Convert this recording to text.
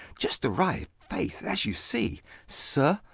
just arrived, faith, as you see sir,